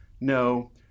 No